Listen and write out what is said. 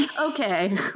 Okay